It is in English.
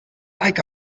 like